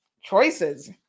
choices